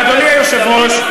ואדוני היושב-ראש,